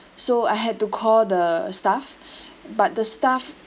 so I had to call the staff but the staff